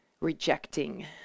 rejecting